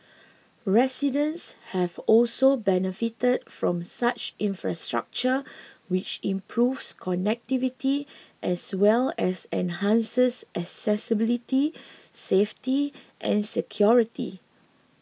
residents have also benefited from such infrastructure which improves connectivity as well as enhances accessibility safety and security